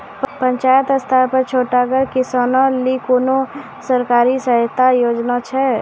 पंचायत स्तर पर छोटगर किसानक लेल कुनू सरकारी सहायता योजना छै?